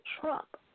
Trump